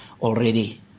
already